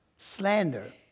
slander